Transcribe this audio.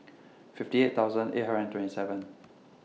fifty eight thousand eight hundred and twenty seven